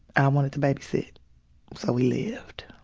i wanted to babysit. so we lived.